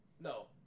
no